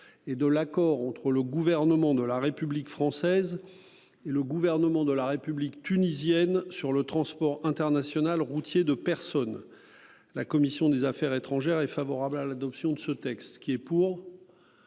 Et de l'accord entre le gouvernement de la République française. Et le gouvernement de la République tunisienne sur le transport international routier de personnes. La commission des Affaires étrangères est favorable à l'adoption de ce texte qui est pour.